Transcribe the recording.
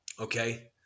okay